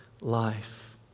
life